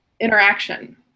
Interaction